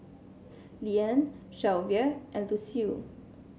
Leanne Shelvia and Lucille